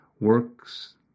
works